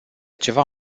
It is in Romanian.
ceva